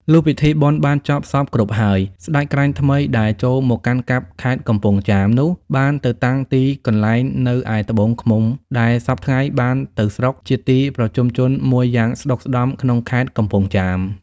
លុះពិធីបុណ្យបានចប់សព្វគ្រប់ហើយ ស្ដេចក្រាញ់ថ្មីដែលចូលមកកាន់កាប់ខេត្តកំពង់ចាមនោះ បានទៅតាំងទីកន្លែងនៅឯត្បូងឃ្មុំ ដែលសព្វថ្ងៃបានទៅស្រុក ជាទីប្រជុំជនមួយយ៉ាងស្ដុកស្ដម្ភ ក្នុងខេត្តកំពង់ចាម ។